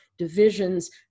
divisions